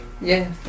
Yes